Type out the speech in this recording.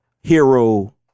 hero